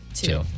two